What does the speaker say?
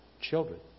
children